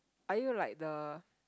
are you like the